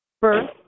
First